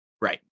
Right